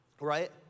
right